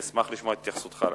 אני אשמח לשמוע את התייחסותך לעניין.